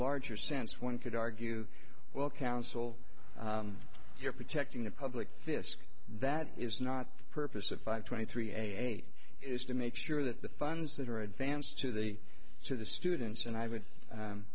larger sense one could argue well counsel you're protecting the public school that is not the purpose of five twenty three eight is to make sure that the funds that are advanced to the to the students and i would